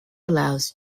allows